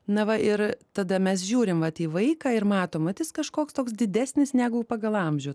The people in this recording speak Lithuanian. na va ir tada mes žiūrim vat į vaiką ir matom vat jis kažkoks toks didesnis negu pagal amžių